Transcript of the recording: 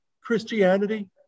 Christianity